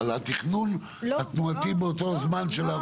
על התכנון התנועתי באותו זמן של העבודה.